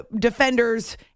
defenders